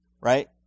right